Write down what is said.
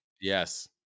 Yes